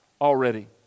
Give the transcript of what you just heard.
already